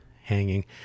hanging